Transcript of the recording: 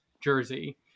jersey